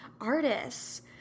artists